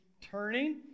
turning